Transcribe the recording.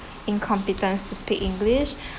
incompetence to speak english